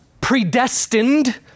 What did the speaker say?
predestined